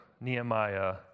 Nehemiah